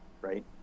right